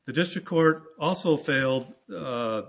the district court also failed